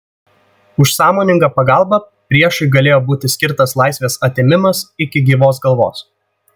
už sąmoningą pagalbą priešui galėjo būti skirtas laisvės atėmimas iki gyvos galvos